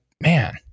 man